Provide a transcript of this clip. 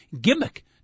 gimmick